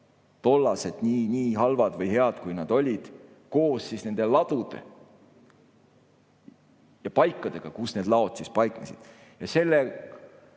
varud, nii halvad või head, kui nad olid, koos nende ladude ja paikadega, kus need varud paiknesid.